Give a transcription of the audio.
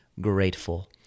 grateful